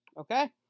Okay